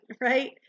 right